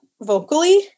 vocally